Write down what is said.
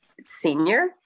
senior